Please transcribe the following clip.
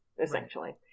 essentially